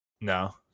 No